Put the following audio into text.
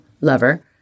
lover